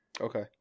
Okay